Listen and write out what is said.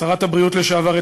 שרת הבריאות לשעבר,